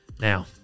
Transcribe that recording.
Now